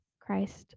Christ